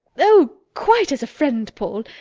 oh, quite as a friend, paul.